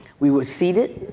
we were seated.